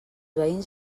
veïns